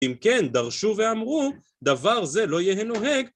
אם כן, דרשו ואמרו, דבר זה לא יהיה נוהג.